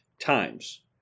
times